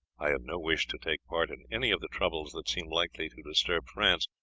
i have no wish to take part in any of the troubles that seem likely to disturb france,